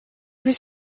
was